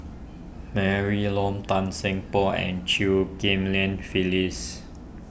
Mary Loan Tan Seng Poh and Chew Ghim Lian Phyllis